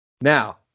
Now